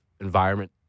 environment